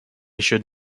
should